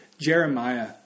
Jeremiah